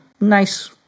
nice